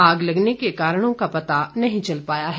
आग लगने के कारणों का पता नहीं चल पाया है